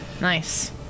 Nice